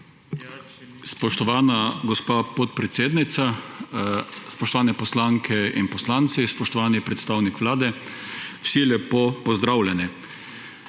Spoštovana, gospa podpredsednica. Spoštovane poslanke in poslanci, spoštovani predstavnik Vlade, vsi lepo pozdravljeni!